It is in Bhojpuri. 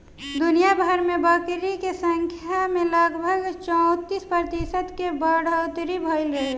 दुनियाभर में बकरी के संख्या में लगभग चौंतीस प्रतिशत के बढ़ोतरी भईल रहे